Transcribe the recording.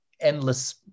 endless